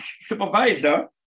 supervisor